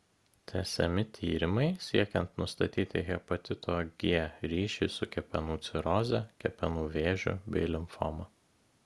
tęsiami tyrimai siekiant nustatyti hepatito g ryšį su kepenų ciroze kepenų vėžiu bei limfoma